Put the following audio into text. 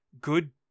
Good